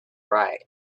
right